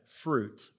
fruit